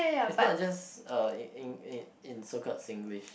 is not just uh in in in in so called Singlish